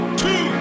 two